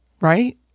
Right